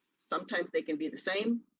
sometimes they can be the same,